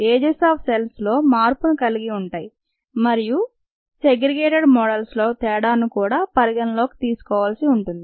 ఏజస్ of cells లో మార్పును కలిగి ఉంటాయి మరియు సాగ్రిగేటెడ్ మోడల్స్ లో తేడాను కూడా పరిగణనలోకి తీసుకోవాల్సి ఉంటుంది